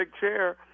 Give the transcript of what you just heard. chair